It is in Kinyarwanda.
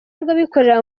rw’abikorera